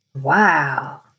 Wow